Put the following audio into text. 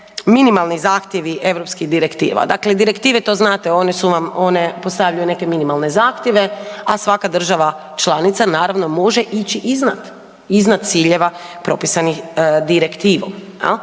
minimalni zahtjevi EU direktiva. Dakle direktive, to znate, one su vam, one postavljaju neke minimalne zahtjeve, a svaka država članica, naravno, može ići iznad ciljeva propisanih direktivom,